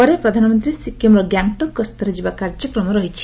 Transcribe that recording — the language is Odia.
ପରେ ପ୍ରଧାନମନ୍ତ୍ରୀ ସିକିମ୍ର ଗ୍ୟାଙ୍ଗଟକ୍ ଗସ୍ତରେ ଯିବା କାର୍ଯ୍ୟକ୍ରମ ରହିଛି